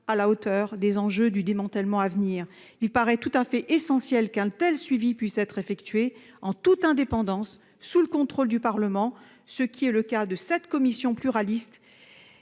à la hauteur des opérations de démantèlement à venir. Il paraît tout à fait essentiel qu'un tel suivi puisse être effectué en toute indépendance, sous le contrôle du Parlement. C'est le cas avec cette commission à la